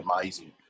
amazing